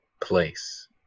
place